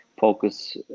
focus